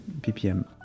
ppm